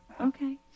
Okay